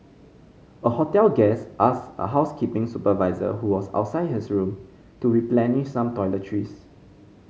a hotel guest asked a housekeeping supervisor who was outside his room to replenish some toiletries